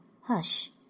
Hush